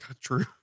True